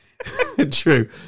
True